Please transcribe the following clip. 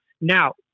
Now